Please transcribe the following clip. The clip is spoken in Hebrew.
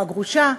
או הגרושה,